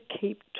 keep